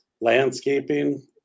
Landscaping